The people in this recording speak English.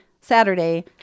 Saturday